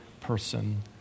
person